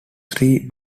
three